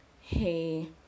hey